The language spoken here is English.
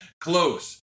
Close